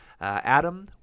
Adam